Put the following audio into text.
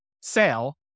sale